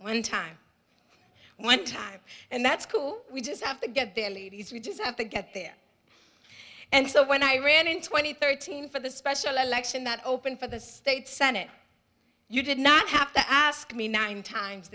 one time one time and that's cool we just have to get there early because we just have to get there and so when i ran in twenty thirteen for the special election that opened for the state senate you did not have to ask me nine times